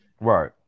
right